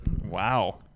Wow